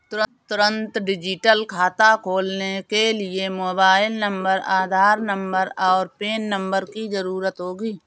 तुंरत डिजिटल खाता खोलने के लिए मोबाइल नंबर, आधार नंबर, और पेन नंबर की ज़रूरत होगी